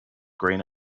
grain